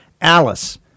Alice